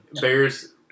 Bears